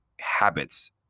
habits